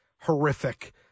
horrific